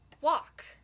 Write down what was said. walk